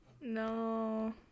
No